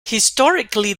historically